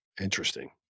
Interesting